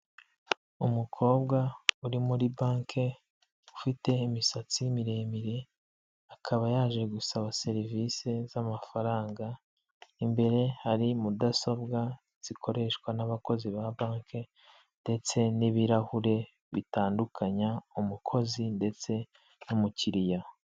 Umukobwa uri muri banki ufite imisatsi miremire akaba yaje gusaba serivisi z'amafaranga imbere hari mudasobwa zikoreshwa n'abakozi ba banki ndetse n'ibirahure bitandukanya umukozi ndetse n'umukiriya.